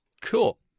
cool